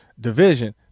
division